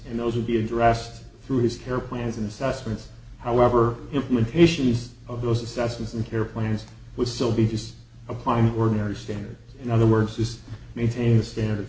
and those will be addressed through his care plans in assessments however implementation of those assessments and care plans would still be just a farm ordinary standard in other words just maintain standard